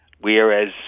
Whereas